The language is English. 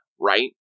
right